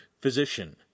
physician